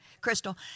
Crystal